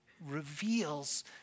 reveals